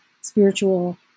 spiritual